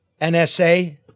NSA